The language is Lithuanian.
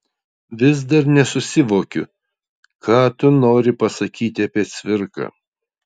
vis dar nesusivokiu ką tu nori pasakyti apie cvirką